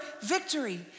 victory